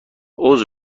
عذر